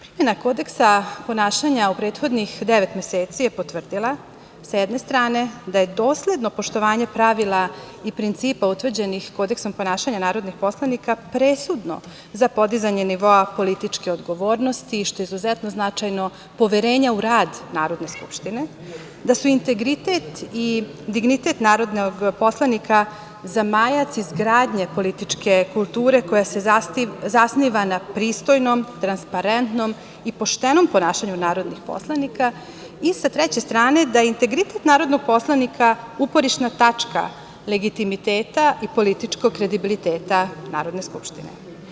Primena Kodeksa ponašanja u prethodnih devet meseci je potvrdila, s jedne strane, da je dosledno poštovanje pravila i principa utvrđenih Kodeksom ponašanja narodnih poslanika presudno za podizanje nivoa političke odgovornosti, što je izuzetno značajno, poverenja u rad Narodne skupštine, da su integritet i dignitet narodnog poslanika zamajac izgradnje političke kulture koja se zasniva na pristojnom, transparentnom i poštenom ponašanju narodnih poslanika i, sa treće strane, da je integritet narodnog poslanika uporišna tačka legitimiteta i političkog kredibiliteta Narodne skupštine.